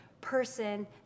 person